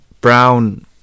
Brown